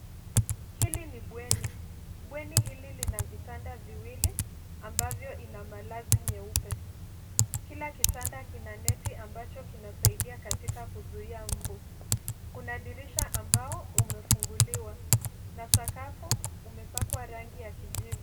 Hili ni bweni. Bweni hili lina vitanda viwili ambavyo ina malazi nyeupe. Kila kitanda kina neti ambacho kinasaidia katika kuzuia mbu. Kuna dirisha ambao umefuguliwa na sakafu umepakwa rangi ya kijivu.